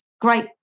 great